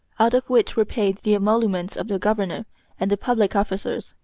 out of which were paid the emoluments of the governor and the public officers,